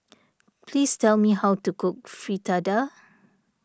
please tell me how to cook Fritada